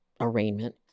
arraignment